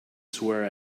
swear